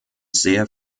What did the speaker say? sehr